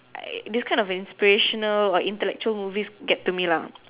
I this kind of inspirational and intellectual movies get to me lah